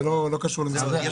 זה לא קשור למשרד הבריאות.